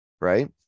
right